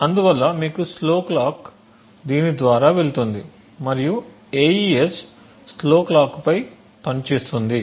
అందువల్ల మీకు slow clock దీని ద్వారా వెళుతుంది మరియు AES స్లో క్లాక్ పై పనిచేస్తుంది